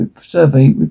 survey